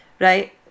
right